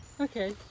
Okay